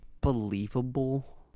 believable